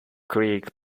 creek